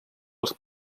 els